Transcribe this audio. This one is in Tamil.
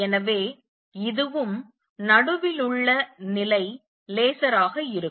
எனவே இதுவும் நடுவிலுள்ள நிலை லேசர் ஆக இருக்கும்